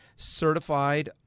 certified